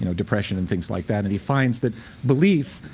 you know depression and things like that, and he finds that belief.